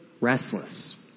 restless